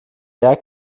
der